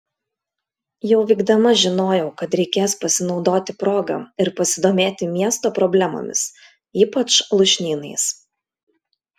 jau vykdama žinojau kad reikės pasinaudoti proga ir pasidomėti miesto problemomis ypač lūšnynais